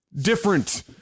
different